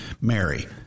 Mary